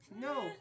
No